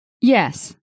Yes